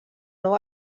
nou